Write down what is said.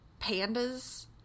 pandas